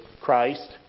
Christ